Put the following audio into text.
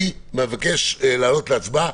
אני מבקש להעלות להצבעה,